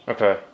Okay